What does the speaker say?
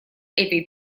этой